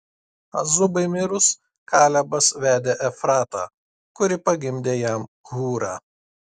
azubai mirus kalebas vedė efratą kuri pagimdė jam hūrą